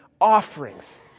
offerings